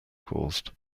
caused